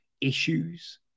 issues